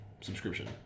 subscription